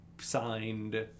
Signed